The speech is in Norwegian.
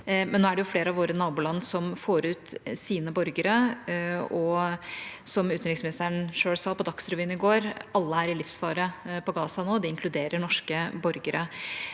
Men nå er det flere av våre naboland som får ut sine borgere, og som utenriksministeren selv sa på Dagsrevyen i går: Alle er i livsfare på Gaza nå. Det inkluderer norske borgere.